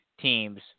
teams